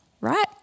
right